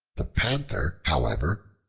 the panther, however,